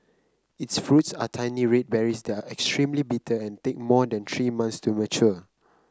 its fruits are tiny red berries that are extremely bitter and take more than three months to mature